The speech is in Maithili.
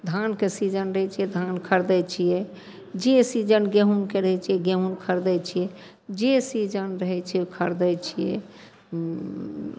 धानके सीजन रहै छै धान खरिदै छिए जे सीजन गहूमके रहै छै गहूम खरिदै छिए जे सीजन रहै छै खरिदै छिए